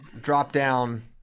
drop-down